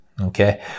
Okay